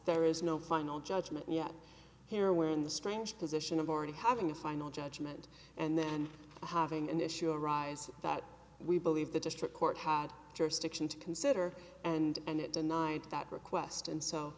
there is no final judgment yet here when the strange position of already having a final judgment and then having an issue arise that we believe the district court had jurisdiction to consider and it denied that request and so